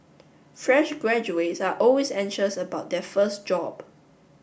fresh graduates are always anxious about their first job